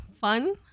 Fun